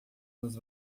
nos